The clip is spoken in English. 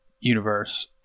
universe